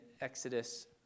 Exodus